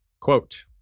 Quote